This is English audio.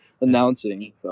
announcing